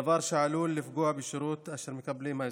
דבר שעלול לפגוע בשירות אשר מקבלים האזרחים.